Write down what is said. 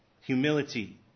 Humility